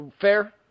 Fair